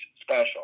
special